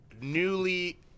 newly